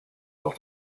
able